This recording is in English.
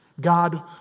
God